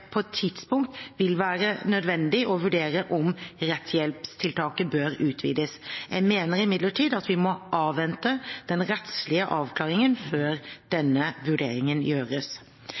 på et tidspunkt vil være nødvendig å vurdere om rettshjelpstiltaket bør utvides. Jeg mener imidlertid at vi må avvente den rettslige avklaringen før denne vurderingen gjøres.